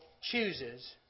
chooses